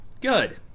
Good